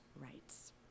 rights